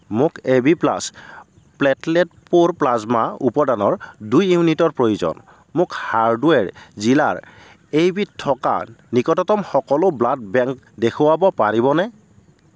মোক A B plus platelet প'ৰ plasma উপাদানৰ দুই ইউনিটৰ প্ৰয়োজন মোক হাৰ্ডৱাৰ জিলাৰ এইবিধ থকা নিকটতম সকলো ব্লাড বেংক দেখুৱাব পাৰিবনে